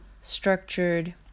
structured